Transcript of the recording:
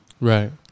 right